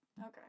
Okay